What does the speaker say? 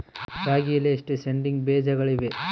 ರಾಗಿಯಲ್ಲಿ ಎಷ್ಟು ಸೇಡಿಂಗ್ ಬೇಜಗಳಿವೆ?